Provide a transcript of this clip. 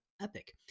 Epic